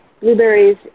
blueberries